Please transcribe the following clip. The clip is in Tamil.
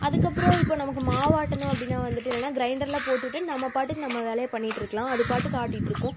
அதுக்கப்பறம் இப்போ நமக்கு மாவாட்டணும் அப்படின்னா வந்துவிட்டு என்னன்னா க்ரைண்டரில் போட்டுகிட்டே நம்ம பாட்டுக்கு நம்ம வேலையை பண்ணிட்டுருக்கலாம் அதுபாட்டுக்கு ஆட்டிக்கிட்டு இருக்கும்